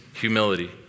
humility